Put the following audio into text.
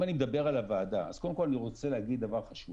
אם אני מדבר על הוועדה אז קודם כול אני רוצה להגיד דבר חשוב.